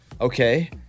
Okay